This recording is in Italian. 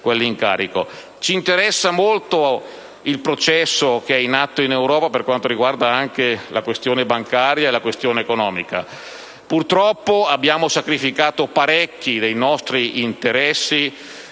Ci interessa molto il processo in atto in Europa per quanto riguarda la questione bancaria e la questione economica. Purtroppo, abbiamo sacrificato parecchi dei nostri interessi